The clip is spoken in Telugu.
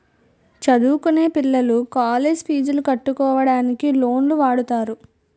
చదువుకొనే పిల్లలు కాలేజ్ పీజులు కట్టుకోవడానికి లోన్లు వాడుతారు